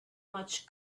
much